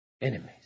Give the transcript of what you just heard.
enemies